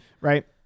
right